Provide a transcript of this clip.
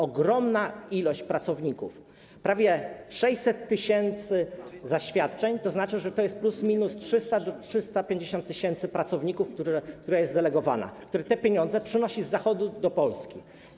Ogromna ilość pracowników - prawie 600 tys. zaświadczeń, co oznacza, że to jest plus minus 350 tys. pracowników, którzy są delegowani, którzy te pieniądze przynoszą z Zachodu do Polski.